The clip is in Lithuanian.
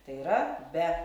tai yra be